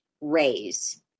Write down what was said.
raise